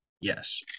Yes